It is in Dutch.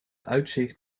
uitzicht